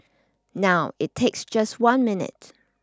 now it takes just one minute